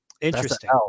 Interesting